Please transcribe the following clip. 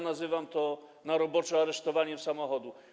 Nazywam to roboczo aresztowaniem samochodu.